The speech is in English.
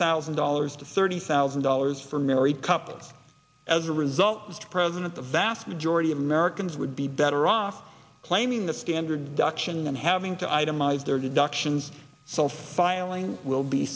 thousand dollars to thirty thousand dollars for married couples as a result to present the vast majority of americans would be better off claiming the standard duction than having to itemize their deductions so filing will be